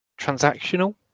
transactional